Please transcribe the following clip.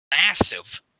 massive